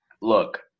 look